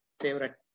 favorite